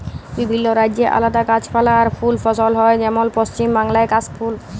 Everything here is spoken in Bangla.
বিভিল্য রাজ্যে আলাদা গাছপালা আর ফুল ফসল হ্যয় যেমল পশ্চিম বাংলায় কাশ ফুল